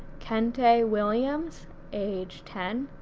kentae williams age ten,